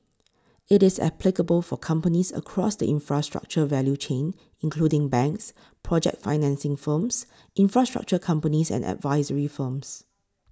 it is applicable for companies across the infrastructure value chain including banks project financing firms infrastructure companies and advisory firms